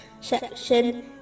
section